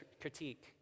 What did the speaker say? critique